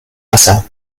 wasser